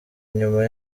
nyuma